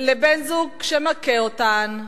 לבן-זוג שמכה אותן,